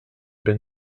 been